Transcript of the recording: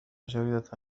جريدة